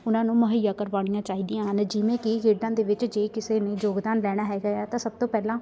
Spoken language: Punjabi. ਉਹਨਾਂ ਨੂੰ ਮੁਹੱਈਆ ਕਰਵਾਉਣੀਆਂ ਚਾਹੀਦੀਆਂ ਹਨ ਜਿਵੇਂ ਕਿ ਖੇਡਾਂ ਦੇ ਵਿੱਚ ਜੇ ਕਿਸੇ ਨੇ ਯੋਗਦਾਨ ਲੈਣਾ ਹੈਗਾ ਆ ਤਾਂ ਸਭ ਤੋਂ ਪਹਿਲਾਂ